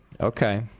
Okay